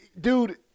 dude